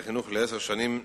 החינוך ביום כ"ו באייר תשס"ט (20 במאי 2009):